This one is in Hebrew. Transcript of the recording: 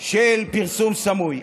של פרסום סמוי.